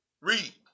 Read